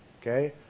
okay